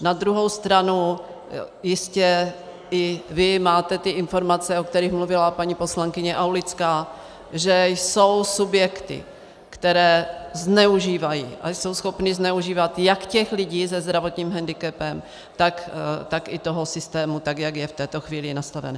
Na druhou stranu jistě i vy máte ty informace, o kterých mluvila paní poslankyně Aulická, že jsou subjekty, které zneužívají a jsou schopny zneužívat jak těch lidí se zdravotním hendikepem, tak i toho systému, tak jak je v této chvíli nastaven.